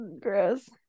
Gross